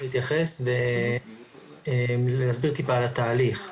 להתייחס ולהסביר על התהליך,